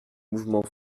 mouvement